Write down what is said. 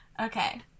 Okay